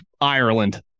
Ireland